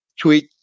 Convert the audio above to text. tweet